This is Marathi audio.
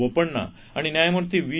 बोपण्णा आणि न्यायमूर्ती व्ही